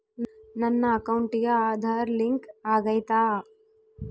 ನನ್ನ ಅಕೌಂಟಿಗೆ ಆಧಾರ್ ಲಿಂಕ್ ಆಗೈತಾ?